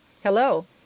Hello